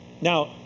Now